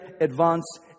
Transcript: advance